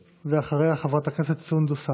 ואחריה, חברת הכנסת סונדוס סאלח.